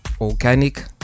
organic